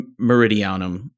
meridianum